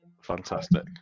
Fantastic